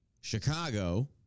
Chicago